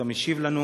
שאתה משיב לנו.